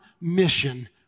mission